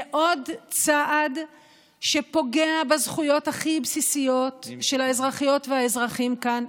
זה עוד צעד שפוגע בזכויות הכי בסיסיות של האזרחיות והאזרחים כאן,